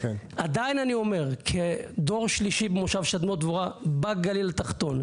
עדיין אני אומר כדור שלישי במושב שדמות דבורה בגליל התחתון,